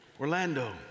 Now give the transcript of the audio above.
Orlando